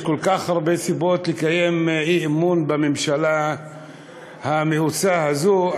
יש כל כך הרבה סיבות לקיים אי-אמון בממשלה המאוסה הזו,